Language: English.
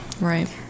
Right